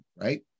right